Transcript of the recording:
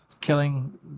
killing